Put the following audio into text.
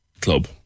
Club